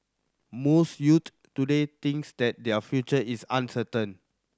most youth today thinks that their future is uncertain